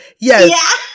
Yes